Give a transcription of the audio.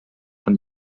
von